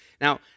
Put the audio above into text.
Now